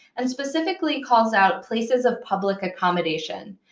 and specifically calls out places of public accommodation.